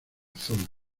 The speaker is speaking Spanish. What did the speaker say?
zona